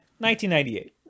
1998